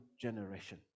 generation